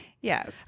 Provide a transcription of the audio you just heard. Yes